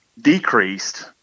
decreased